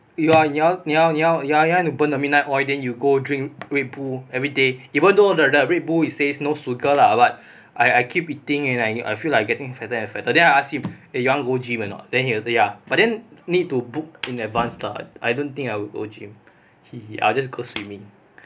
you wa~ 你要你要你要 you want to burn the midnight oil then you go drink red bull everyday even though the the red bull it says no sugar lah but I keep eating and I I feel like I getting fatter and fatter then I ask him you want go gym or not then he say ya but then need to book in advance lah I don't think I will go gym he he I'll just go swimming